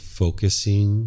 focusing